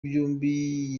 byombi